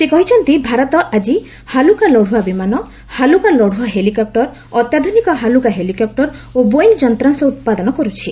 ସେ କହିଛନ୍ତି ଭାରତ ଆକି ହାଲୁକା ଲଢୁଆ ବିମାନ ହାଲୁକା ଲଢୁଆ ହେଲିକପୁର ଅତ୍ୟାଧୁନିକ ହାଲୁକା ହେଲିକପ୍ଟର ଓ ବୋଇଙ୍ଗ୍ ଯନ୍ତ୍ରାଂଶ ଉତ୍ପାଦନ କରୁଛି